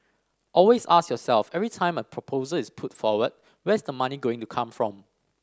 always ask yourself every time a proposal is put forward where is the money going to come from